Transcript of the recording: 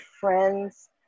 friends